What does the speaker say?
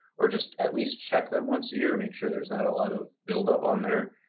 or just at least check them once a year, make sure there's not a lot of build-up on there.